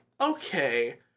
okay